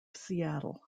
seattle